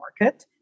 market